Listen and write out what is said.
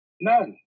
None